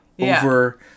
over